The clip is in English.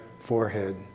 forehead